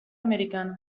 americano